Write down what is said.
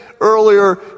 earlier